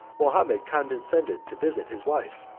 mahomet condescended to visit his wife,